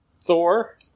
Thor